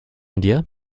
india